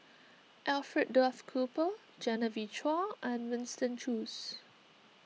Alfred Duff Cooper Genevieve Chua and Winston Choos